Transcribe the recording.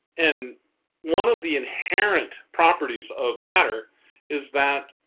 and one of the inherent properties of matter is that